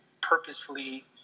purposefully